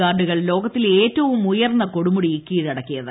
ഗാർഡുകൾ ലോകത്തിലെ ഏറ്റവും ഉയർന്ന് കൊടുമുടി കീഴടക്കിയത്